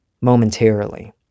momentarily